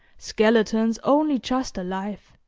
skeletons only just alive